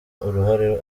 uruhare